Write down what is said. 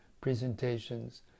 presentations